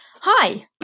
Hi